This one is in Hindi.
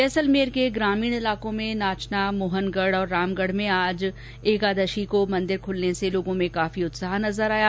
जैसलमेर के ग्रामीण इलाकों में नाचना मोहनगढ रामगढ में आज एकादशी को मंदिर ख्रलने से लोगों में काफी उत्साह नजर आया